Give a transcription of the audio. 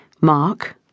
Mark